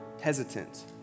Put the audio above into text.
hesitant